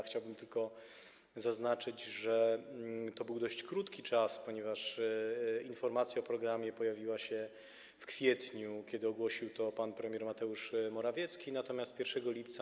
Chciałbym tylko zaznaczyć, że to był dość krótki czas, ponieważ informacja o programie pojawiła się w kwietniu, kiedy ogłosił to pan premier Mateusz Morawiecki, natomiast 1 lipca.